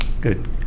Good